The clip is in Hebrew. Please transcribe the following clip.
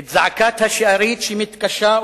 את זעקת השארית שמתקשה,